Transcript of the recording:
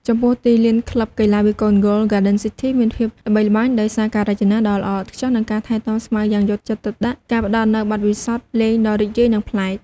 ចំពោះទីលាន ក្លឹបកីឡាវាយកូនហ្គោល ហ្គាដិនស៊ីធី មានភាពល្បីល្បាញដោយសារការរចនាដ៏ល្អឥតខ្ចោះ និងការថែទាំស្មៅយ៉ាងយកចិត្តទុកដាក់ ផ្ដល់នូវបទពិសោធន៍លេងដ៏រីករាយ និងប្លែក។